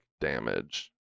damage